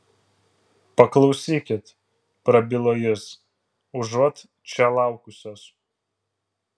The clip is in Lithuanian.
paklausykit prabilo jis užuot čia laukusios